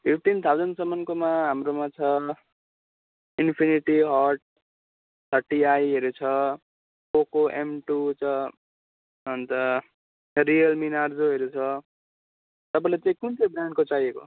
fifteen थाउजनसम्मकोमा हाम्रोमा छ इन्फिनिक्स हट थट्टी आईहरू छ पोको एम टू छ अन्त रियलमी नारजोहरू छ तपाईँलाई चाहिँ कुन चाहिँ ब्रान्डको चाहिएको